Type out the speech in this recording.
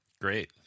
Great